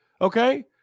okay